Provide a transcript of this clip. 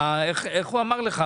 איך הוא אמר לך?